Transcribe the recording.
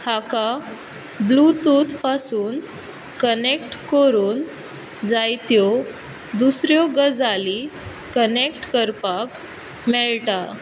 हाका bluetooth पासून connect करून जायत्यो दुसऱ्यो गजाली कनेक्ट करपा मेळटा